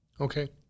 Okay